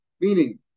Meaning